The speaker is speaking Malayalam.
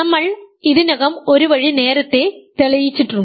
ഞങ്ങൾ ഇതിനകം ഒരു വഴി നേരത്തെ തെളിയിക്കപ്പെട്ടിട്ടുണ്ട്